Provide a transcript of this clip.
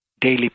daily